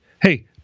hey